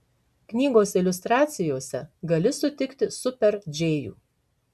knygos iliustracijose gali sutikti super džėjų